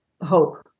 hope